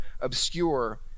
obscure